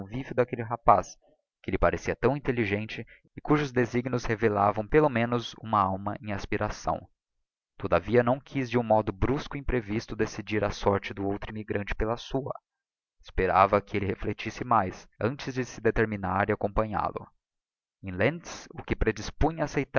convívio d'aquelle rapaz que lhe parecia tão intelligente e cujos desígnios revelavam pelo menos uma alma em aspiração todavia não quiz de um modo brusco e imprevisto decidir a sorte do outro immigrante pela sua esperava que elle reflectisse mais antes de se determinar a acompanhal-o em lentz o que predispunha aacceitar